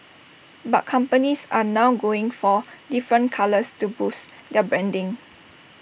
but companies are now going for different colours to boost their branding